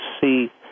see